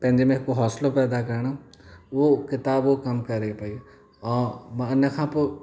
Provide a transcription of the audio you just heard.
पंहिंजे में हिकु हौसलो पैदा करण उहो किताबु उहो कमु करे पेई ऐं मां हिन खां पोइ